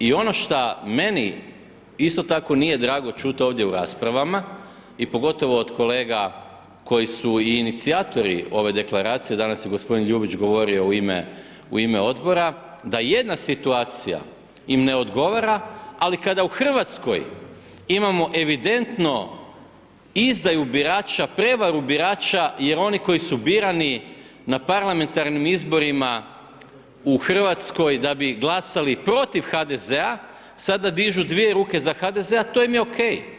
I ono šta meni isto tako nije drago čut ovdje u raspravama i pogotovo od kolega koji su i inicijatori ove deklaracije, danas je gospodin Ljubić govorio u ime, u ime odbora da jedna situacija im ne odgovara, ali kada u Hrvatskoj imamo evidentno izdaju birača, prevaru birača jer oni koji su birani na parlamentarnim izborima u Hrvatskoj da bi glasali protiv HDZ-a sada dižu dvije ruke za HDZ, a to im je OK.